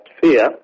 fear